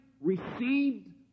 received